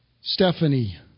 Stephanie